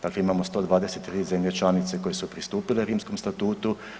Dakle imamo 123 zemlje članice koje su pristupile Rimskom statutu.